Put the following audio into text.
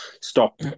stop